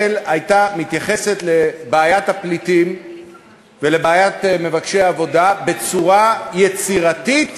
הייתה מתייחסת לבעיית הפליטים ולבעיית מבקשי העבודה בצורה יצירתית